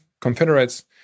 confederates